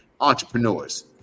entrepreneurs